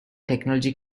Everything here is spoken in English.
technology